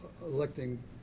electing